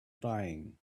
dying